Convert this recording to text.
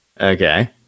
Okay